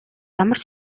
ямар